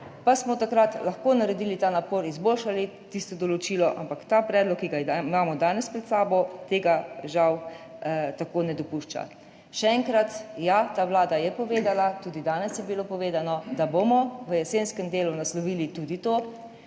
Pa smo takrat lahko naredili ta napor, izboljšali tisto določilo, ampak ta predlog, ki ga imamo danes pred sabo, tega žal tako ne dopušča. Še enkrat, ja, ta vlada je povedala, tudi danes je bilo povedano, da bomo v jesenskem delu naslovili tudi to,